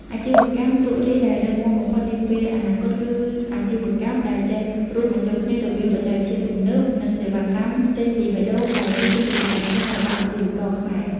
អាជីវកម្មលក់រាយដែលរឹងមាំបំផុតនាពេលអនាគត គឺអាជីវកម្មដែលចេះរួមបញ្ចូលគ្នារវាង "បច្ចេកវិទ្យាទំនើប" និង "សេវាកម្មចេញពីបេះដូង" ដែលនេះគឺជាចំណុចខ្លាំងរបស់អាជីវករខ្មែរ។